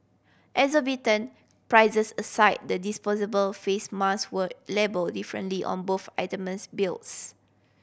exorbitant prices aside the disposable face mask were labelled differently on both itemised bills